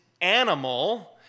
animal